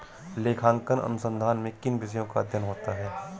लेखांकन अनुसंधान में किन विषयों का अध्ययन होता है?